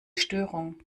störung